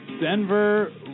Denver